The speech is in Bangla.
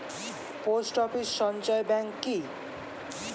পোস্ট অফিস সঞ্চয় ব্যাংক কি?